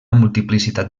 multiplicitat